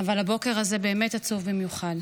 אבל הבוקר הזה באמת עצוב במיוחד.